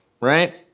right